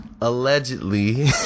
Allegedly